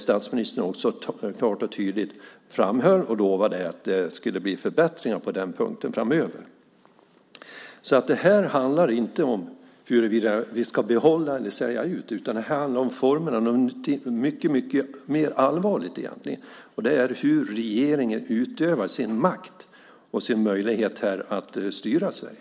Statsministern både framhöll klart och tydligt och lovade att det skulle bli förbättringar på den punkten framöver. Det handlar alltså inte om huruvida vi ska behålla eller sälja ut, utan om formerna . Det handlar om någonting som egentligen är mycket allvarligare, nämligen hur regeringen utövar sin makt och använder sina möjligheter att styra Sverige.